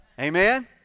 Amen